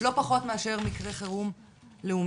לא פחות מאשר מקרה חירום לאומי.